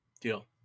Deal